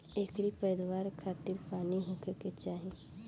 एकरी पैदवार खातिर पानी होखे के चाही